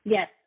Yes